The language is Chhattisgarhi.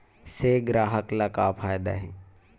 से ग्राहक ला का फ़ायदा हे?